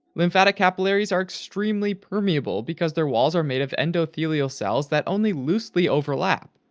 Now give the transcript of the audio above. lymphatic capillaries are extremely permeable because their walls are made of endothelial cells that only loosely overlap,